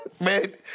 Man